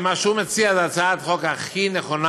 שמה שהוא מציע זה הצעת החוק הכי נכונה